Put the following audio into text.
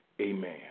Amen